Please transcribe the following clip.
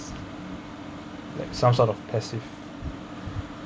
like some sort of passive